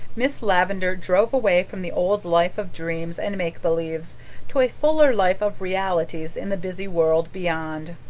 miss lavendar drove away from the old life of dreams and make-believes to a fuller life of realities in the busy world beyond.